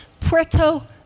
Puerto